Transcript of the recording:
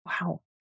Wow